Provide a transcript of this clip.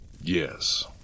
Yes